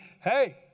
hey